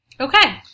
Okay